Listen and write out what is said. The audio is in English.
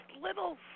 little